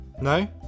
No